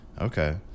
Okay